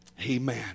Amen